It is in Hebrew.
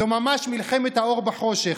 זו ממש מלחמת האור בחושך.